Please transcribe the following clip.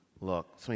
Look